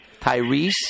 Tyrese